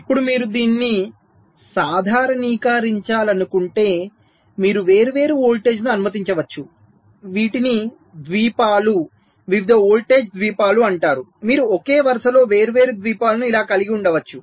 ఇప్పుడు మీరు దీన్ని సాధారణీకరించాలనుకుంటే మీరు వేర్వేరు వోల్టేజ్ను అనుమతించవచ్చు వీటిని ద్వీపాలు వివిధ వోల్టేజ్ ద్వీపాలు అంటారు మీరు ఒకే వరుసలో వేర్వేరు ద్వీపాలను ఇలా కలిగి ఉండవచ్చు